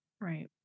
Right